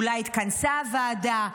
אולי התכנסה הוועדה.